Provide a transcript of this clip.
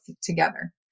together